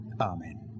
Amen